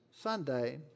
Sunday